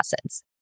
acids